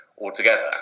altogether